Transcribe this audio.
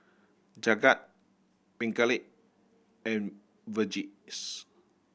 Jagat Pingali and Verghese